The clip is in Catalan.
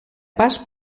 pas